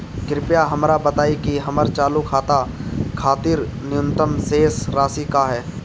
कृपया हमरा बताइं कि हमर चालू खाता खातिर न्यूनतम शेष राशि का ह